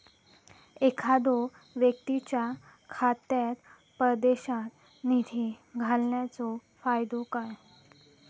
एखादो व्यक्तीच्या खात्यात परदेशात निधी घालन्याचो फायदो काय?